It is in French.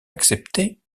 accepté